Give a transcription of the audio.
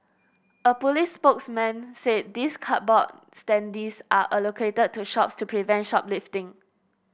a police spokesman said these cardboard standees are allocated to shops to prevent shoplifting